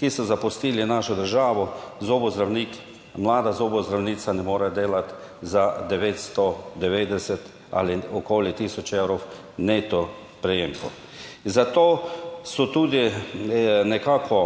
ki so zapustili našo državo. Zobozdravnik, mlada zobozdravnica ne more delati za 990 ali okoli 1000 evrov neto prejemkov. Zato so tudi, nekako